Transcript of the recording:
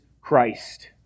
Christ